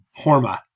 Horma